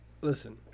listen